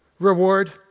Reward